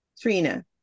Trina